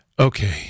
Okay